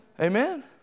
Amen